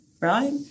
right